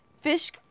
Fish